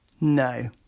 No